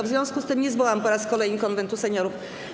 W związku z tym nie zwołam po raz kolejny Konwentu Seniorów.